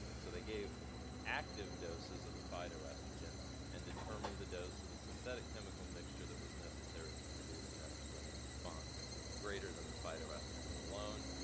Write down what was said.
so they gave active doses of the phytoestrogen and determined the dose of the synthetic chemical mixture that was necessary to produce an estrogenic response greater than the phytoestrogen alone,